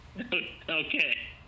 Okay